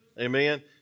Amen